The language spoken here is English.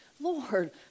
Lord